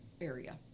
area